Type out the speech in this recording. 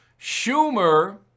Schumer